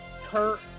kurt